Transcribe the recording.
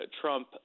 Trump